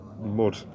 mud